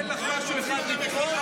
אני אתן לך משהו אחד לבחור,